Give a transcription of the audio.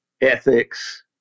ethics